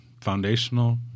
foundational